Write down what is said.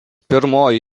pirmoji